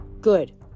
Good